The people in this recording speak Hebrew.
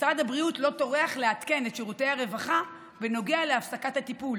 משרד הבריאות לא טורח לעדכן את שירותי הרווחה בנוגע להפסקת הטיפול